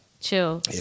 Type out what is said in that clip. chill